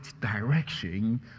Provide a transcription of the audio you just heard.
direction